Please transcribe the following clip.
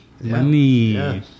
money